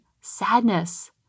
sadness